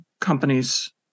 companies